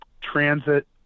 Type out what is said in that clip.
transit